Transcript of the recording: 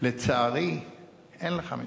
לצערי אין לך מתחרים.